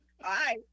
Bye